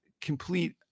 complete